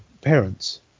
parents